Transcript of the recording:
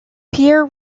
pierre